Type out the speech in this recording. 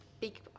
big